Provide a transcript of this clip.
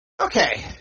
okay